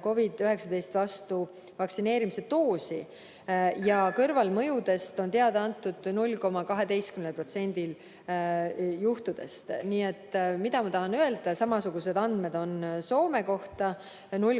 COVID-19 vastu vaktsineerimise doosi ja kõrvalmõjudest on teada antud 0,12% juhtudest. Mida ma tahan öelda? Samasugused andmed on Soome kohta: 0,06%